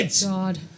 God